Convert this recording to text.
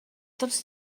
tots